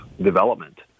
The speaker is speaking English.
development